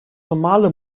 normale